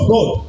God